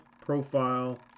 profile